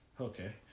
Okay